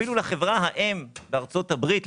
אפילו לחברה האם בארצות הברית,